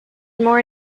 more